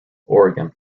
oregon